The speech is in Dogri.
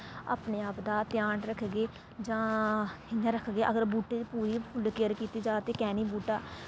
अपने आप दा ध्यान रखगे जां इ'यां रखगे अगर बूह्टे दी पूरी फुल्ल केयर कीती जाऽ ते कैंह् निं बूह्टा